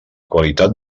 qualitat